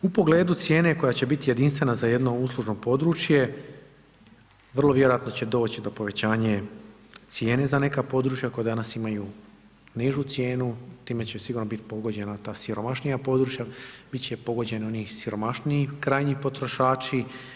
U pogledu cijene koja će biti jedinstvena za jedno uslužno područje vrlo vjerojatno će doći do povećanja cijene za neka područja koja danas imaju nižu cijenu, time će sigurno biti pogođena ta siromašnija područja, bit će pogođeni oni siromašniji krajnji potrošači.